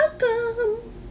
Welcome